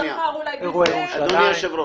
אירוע ירושלים.